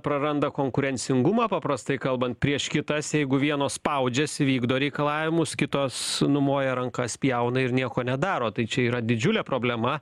praranda konkurencingumą paprastai kalbant prieš kitas jeigu vienos spaudžiasi vykdo reikalavimus kitos numoja ranka spjauna ir nieko nedaro tai čia yra didžiulė problema